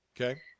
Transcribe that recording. Okay